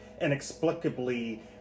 inexplicably